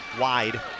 wide